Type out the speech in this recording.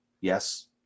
yes